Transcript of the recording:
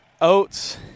oats